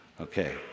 Okay